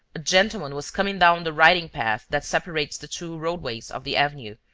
a gentleman was coming down the riding-path that separates the two roadways of the avenue,